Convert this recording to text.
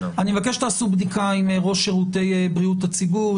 אני מבקש שתעשו בדיקה עם ראש שירותי בריאות הציבור,